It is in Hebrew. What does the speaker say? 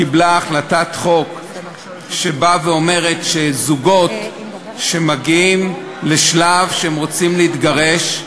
קיבלה החלטה בחוק שבאה ואומרת שזוגות שמגיעים לשלב שהם רוצים להתגרש,